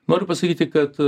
noriu pasakyti kad a